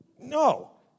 No